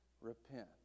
repent